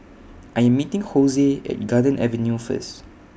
I'm meeting Josue At Garden Avenue First